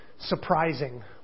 surprising